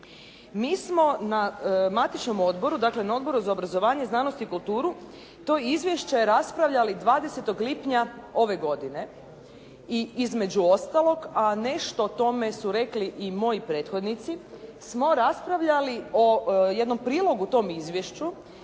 Mi smo na matičnom odboru dakle na Odboru za obrazovanje, znanost i kulturu to izvješće raspravljali 20. lipnja ove godine a između ostalog a nešto o tome su rekli i moji prethodnici smo raspravljali o jednom prilogu tom izvješću